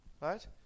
right